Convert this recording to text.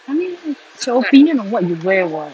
I mean it's your opinion on what you wear [what]